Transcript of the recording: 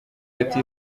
ati